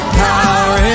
power